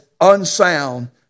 unsound